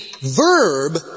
verb